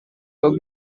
book